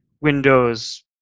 Windows